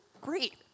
great